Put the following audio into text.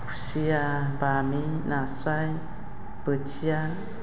खुसिया बामि नास्राय बोथिया